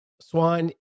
Swan